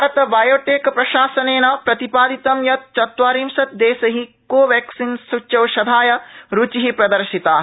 Bharata Biotech प्रशासनेन प्रतिपादितं यतः चत्वारिंशतः देशै कोवैक्सीन सूच्यौषधाय रुचिप्रदर्शिता